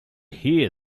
hear